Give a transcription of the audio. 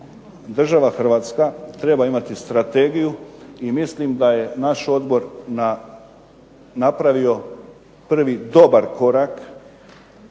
država Hrvatska treba imati strategiju, i mislim da je naš odbor napravio prvi dobar korak